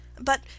but